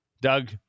Doug